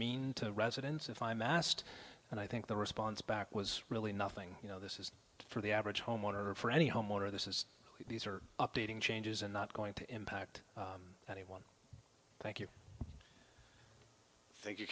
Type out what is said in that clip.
mean to residents if i'm asked and i think the response back was really nothing you know this is for the average homeowner or for any homeowner this is these are updating changes and not going to impact anyone thank you thank you